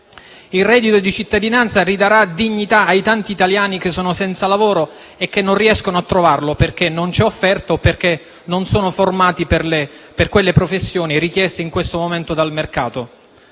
Il reddito di cittadinanza ridarà dignità ai tanti italiani che sono senza lavoro e non riescono a trovarlo, perché non c'è offerta o perché non sono formati per professioni richieste in questo momento dal mercato.